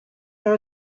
are